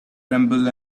tremble